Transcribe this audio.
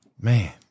Man